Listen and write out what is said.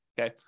okay